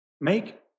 make